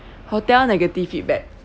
hotel negative feedback